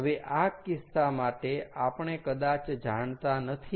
હવે આ કિસ્સા માટે આપણે કદાચ જાણતા નથી